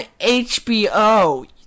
HBO